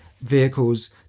vehicles